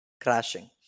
Crashing